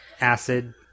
Acid